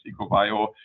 EcoBio